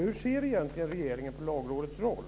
Hur ser egentligen regeringen på Lagrådets roll?